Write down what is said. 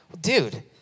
Dude